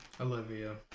Olivia